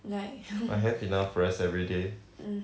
I have enough rest every day